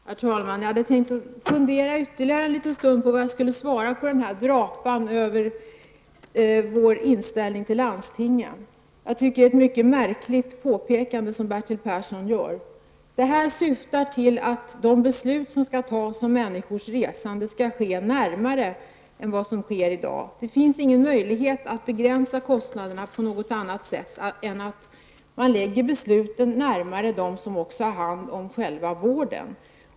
Herr talman! Jag hade tänkt att fundera ytterligare en liten stund på vad jag skulle svara på drapan om vår inställning till landstingen. Bertil Persson gjorde ett mycket märkligt påpekande. Det här syftar till att de beslut som skall fattas om människors resande skall ske närmare än i dag. Kostnaderna kan inte begränsas på något annat sätt än att besluten läggs närmare dem som har hand om själva vården.